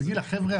אבל החבר'ה